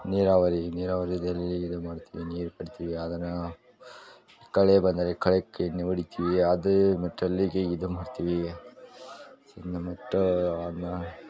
ನೀರಾವರಿ ನೀರಾವರಿಯಲ್ಲಿಇದು ಮಾಡ್ತೀವಿ ನೀರು ಕಟ್ತೀವಿ ಅದನ್ನು ಕಳೆ ಬಂದರೆ ಕಳೆಗ್ ಎಣ್ಣೆ ಹೊಡಿತೀವಿ ಅದೇ ಮೆಟ್ಟಲ್ಲಿಗೆ ಇದು ಮಾಡ್ತೀವಿ ಇನ್ನು ಅದನ್ನ